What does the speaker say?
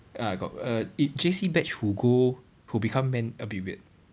ya I got err i~ J_C batch who go who become men a bit weird